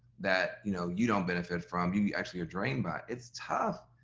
that, you know, you don't benefit from, you you actually are drained by it's tough.